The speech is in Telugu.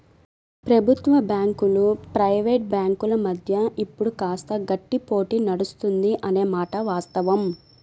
ప్రభుత్వ బ్యాంకులు ప్రైవేట్ బ్యాంకుల మధ్య ఇప్పుడు కాస్త గట్టి పోటీ నడుస్తుంది అనే మాట వాస్తవం